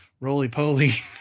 roly-poly